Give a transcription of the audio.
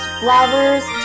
flowers